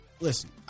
Listen